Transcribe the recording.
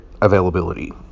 availability